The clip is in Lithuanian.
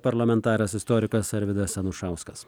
parlamentaras istorikas arvydas anušauskas